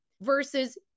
versus